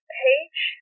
page